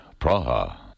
Praha